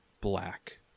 black